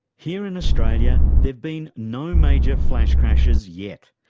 here in australia, there've been no major flash crashes yet,